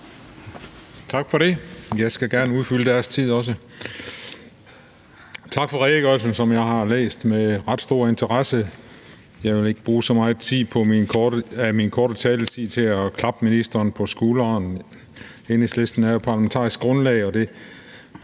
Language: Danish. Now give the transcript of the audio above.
Tak for det – jeg skal gerne udfylde deres tid også. Tak for redegørelsen, som jeg har læst med ret stor interesse. Jeg vil ikke bruge så meget af min korte taletid på at klappe ministeren på skulderen. Enhedslisten er jo parlamentarisk grundlag, men det